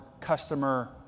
customer